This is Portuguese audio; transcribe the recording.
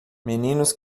meninos